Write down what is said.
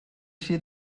see